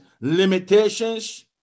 limitations